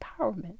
empowerment